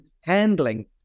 handling